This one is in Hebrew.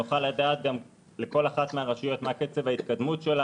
נוכל לדעת מכל רשות איפה יש שיפור,